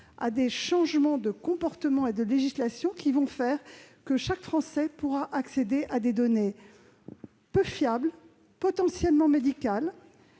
à des changements de comportement et de législation, et que chaque Français pourra accéder à des données peu fiables, potentiellement médicales.